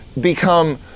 become